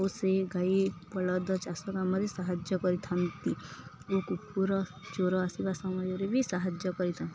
ଓ ସେ ଗାଈ ବଳଦ ଚାଷ କାମରେ ସାହାଯ୍ୟ କରିଥାନ୍ତି ଓ କୁକୁର ଚୋର ଆସିବା ସମୟରେ ବି ସାହାଯ୍ୟ କରିଥାନ୍ତି